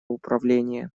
управления